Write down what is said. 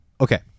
Okay